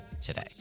today